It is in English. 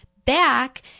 Back